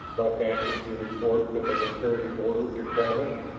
buck answered the report with an imperative order to travis.